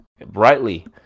Brightly